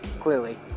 clearly